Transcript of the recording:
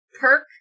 perk